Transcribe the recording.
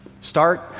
Start